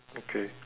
okay